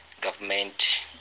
government